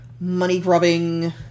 money-grubbing